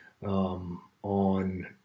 On